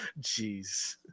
Jeez